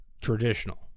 traditional